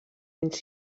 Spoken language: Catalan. anys